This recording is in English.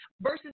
versus